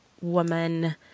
woman